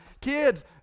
Kids